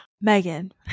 Megan